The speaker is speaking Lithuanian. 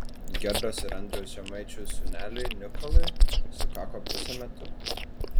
gerdos ir andriaus žemaičių sūneliui nikolui sukako pusė metukų